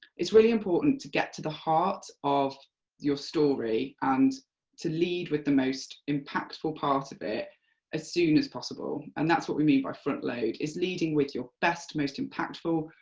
it's really important to get to the heart of your story and to lead with the most impactful part of it as soon as possible, and that's what we mean by frontload, it's leading with your best, most impactful,